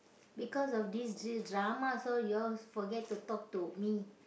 because of this d~ dramas all you all forget to talk to me